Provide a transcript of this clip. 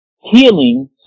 healing